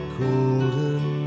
golden